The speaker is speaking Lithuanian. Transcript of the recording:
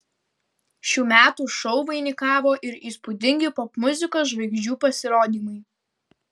šių metų šou vainikavo ir įspūdingi popmuzikos žvaigždžių pasirodymai